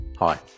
Hi